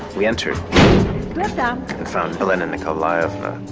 we entered and found elena nicolaevna.